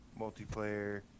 Multiplayer